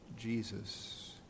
Jesus